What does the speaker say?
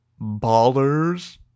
Ballers